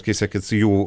kai siekiat jų